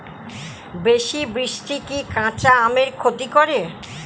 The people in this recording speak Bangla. বেশি বৃষ্টি কি কাঁচা আমের ক্ষতি করে?